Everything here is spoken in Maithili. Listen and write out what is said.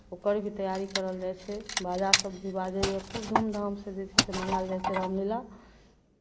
ओकर भी तैयारी करल जाइ छै बाजासभ भी बाजैए खूब धूमधामसँ जे छै से मनायल जाइ छै रामलीला